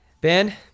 Ben